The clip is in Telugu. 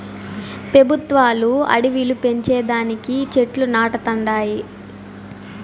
పెబుత్వాలు అడివిలు పెంచే దానికి చెట్లు నాటతండాయి